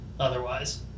Otherwise